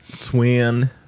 Twin